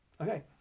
Okay